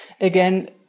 Again